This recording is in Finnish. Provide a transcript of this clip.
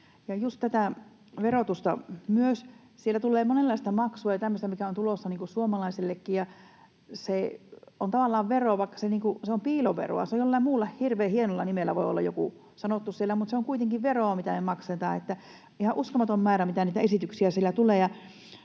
just tätä verotusta myös, siellä tulee monenlaista maksua ja tämmöistä, mitä on tulossa suomalaisillekin, ja se on tavallaan veroa, vaikka se on piiloveroa — voi olla jollain muulla, hirveän hienolla nimellä joku sanottu siellä, mutta se on kuitenkin veroa, mitä me maksetaan. Ihan uskomaton on määrä, mitä niitä esityksiä siellä tulee.